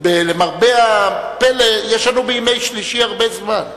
למרבה הפלא, יש לנו בימי שלישי הרבה זמן.